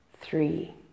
three